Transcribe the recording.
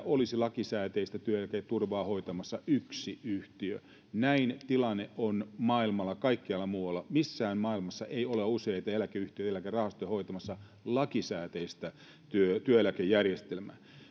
olisi lakisääteistä työeläketurvaa hoitamassa yksi yhtiö näin tilanne on maailmalla kaikkialla muualla missään maailmassa ei ole useita eläkeyhtiöitä tai eläkerahastoja hoitamassa lakisääteistä työeläkejärjestelmää